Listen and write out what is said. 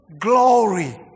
Glory